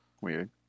weird